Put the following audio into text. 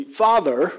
father